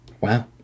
wow